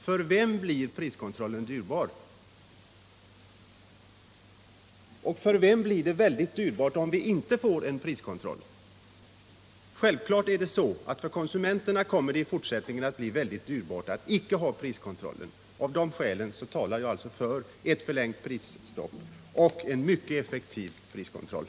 För vem blir priskontrollen dyrbar? För vem blir det väldigt dyrbart om vi inte får en priskontroll? Självklart är det så att det för konsumenterna kommer att bli väldigt dyrbart att icke ha någon priskontroll. Av det skälet talar jag alltså för ett förlängt prisstopp och en mycket effektiv priskontroll.